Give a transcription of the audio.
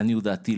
לעניות דעתי,